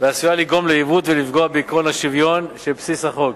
ועשויה לגרום לעיוות ולפגוע בעקרון השוויון שבבסיס החוק.